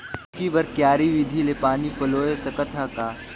लौकी बर क्यारी विधि ले पानी पलोय सकत का?